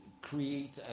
create